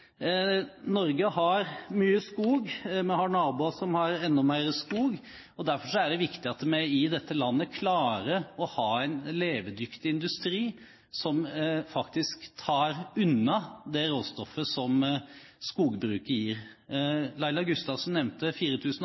Norge har mye skog. Vi har naboer som har enda mer skog. Derfor er det viktig at vi i dette landet klarer å ha en levedyktig industri som faktisk tar unna det råstoffet som skogbruket gir. Laila Gustavsen nevnte